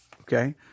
Okay